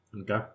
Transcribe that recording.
Okay